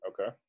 Okay